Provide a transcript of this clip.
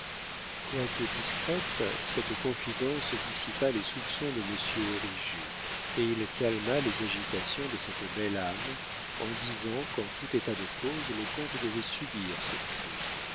quoique discrète cette confidence dissipa les soupçons de monsieur origet et il calma les agitations de cette belle âme en disant qu'en tout état de cause le comte devait subir cette crise